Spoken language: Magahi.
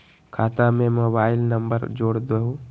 खाता में मोबाइल नंबर जोड़ दहु?